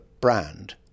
brand